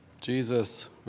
Jesus